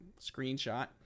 screenshot